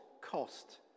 cost